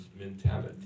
mentality